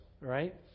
right